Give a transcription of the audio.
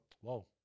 Whoa